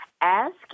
Ask